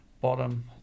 bottom